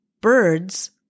Birds